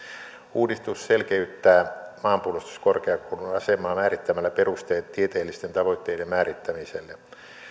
uudistus selkeyttää maanpuolustuskorkeakoulun asemaa määrittämällä perusteet tieteellisten tavoitteiden määrittämiselle